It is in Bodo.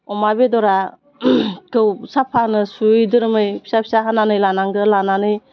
अमा बेदरा थौ साफ्फानो सुयै दोरोमै फिसा फिसा हानानै लानांगौ लानानै